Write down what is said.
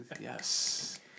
Yes